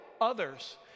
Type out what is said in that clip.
others